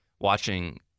watching